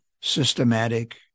systematic